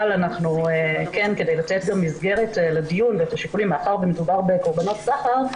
אבל כדי לתת מסגרת לדיון ואת השיקולים מאחר ומדובר בקורבנות סחר,